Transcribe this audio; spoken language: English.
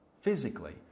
physically